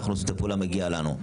--- מגיע לנו.